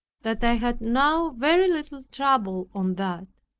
that i had now very little trouble on that.